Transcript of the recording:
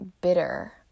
bitter